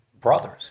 brothers